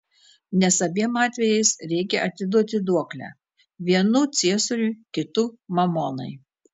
nes abiem atvejais reikia atiduoti duoklę vienu ciesoriui kitu mamonai